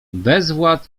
bezwład